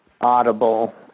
Audible